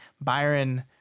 Byron